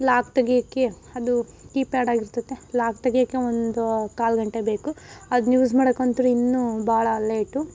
lock ತೆಗಿಯೋಕ್ಕೆ ಅದು keypad ಆಗಿರ್ತದೆ ಲಾಕ್ ತೆಗಿಯೋಕ್ಕೆ ಒಂದು ಕಾಲು ಗಂಟೆ ಬೇಕು ಅದ್ನ ಯೂಸ್ ಮಾಡಕ್ಕೆ ಅಂದ್ರೆ ಇನ್ನೂ ಭಾಳ ಲೇಟು